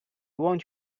want